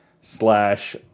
slash